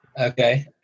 Okay